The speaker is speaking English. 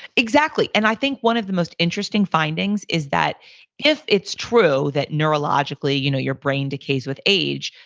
exactly. and i think one of the most interesting findings is that if it's true that neurologically you know your brain decays with age,